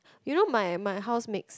you know my my house mix